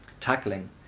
tackling